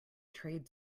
trade